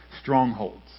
strongholds